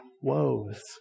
woes